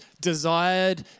desired